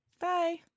Bye